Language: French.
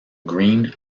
green